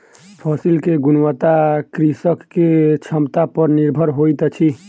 फसिल के गुणवत्ता कृषक के क्षमता पर निर्भर होइत अछि